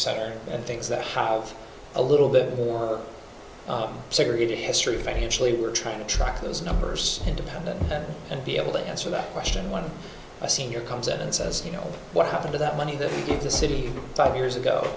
senator and things that have a little bit more segregated history financially were trying to track those numbers independent and be able to answer that question one a senior comes out and says you know what happened to that money that he gave the city five years ago